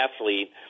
athlete